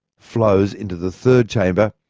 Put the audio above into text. flows into the third chamber.